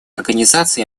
организации